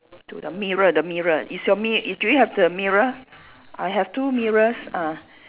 to the mirror the mirror is your mi~ do you have the mirror I have two mirrors uh